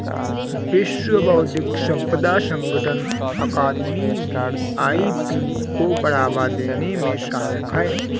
विश्व बौद्धिक संपदा संगठन अकादमी भी आई.पी को बढ़ावा देने में सहायक है